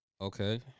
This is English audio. Okay